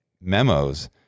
memos